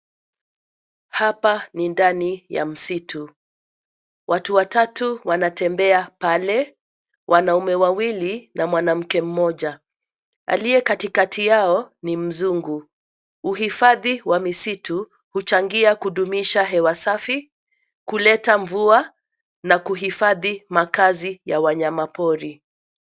Hapa ni ndani ya msitu, watu watatu wanatembea pale, wanaume wawili na mwanamke mmoja. Aliye katikati yao ni mzungu. Uhifadhi wa misitu huchangia kudumisha hewa safi, kuleta mvua na kuhifadhi makaazi ya wanyama pori.